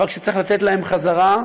אבל כשצריך לתת להם חזרה,